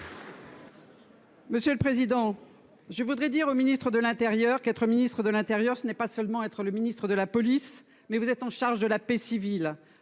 Monsieur le président. Je voudrais dire au Ministre de l'Intérieur 4 Ministre de l'Intérieur, ce n'est pas seulement être le Ministre de la police. Mais vous êtes en charge de la paix civile,